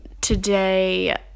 today